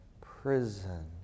Prison